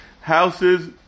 Houses